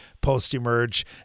post-emerge